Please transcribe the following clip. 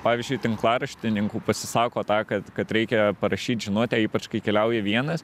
pavyzdžiui tinklaraštininkų pasisako tą kad kad reikia parašyt žinutę ypač kai keliauji vienas